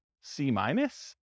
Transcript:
C-minus